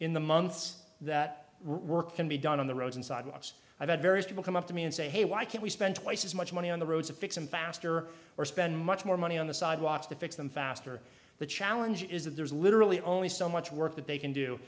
in the months that work can be done on the roads and sidewalks i've had various people come up to me and say hey why can't we spend twice as much money on the roads to fix them faster or spend much more money on the sidewalks to fix them faster the challenge is that there's literally only so much work that they can do